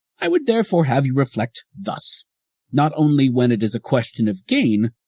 i would therefore have you reflect thus not only when it is a question of gain,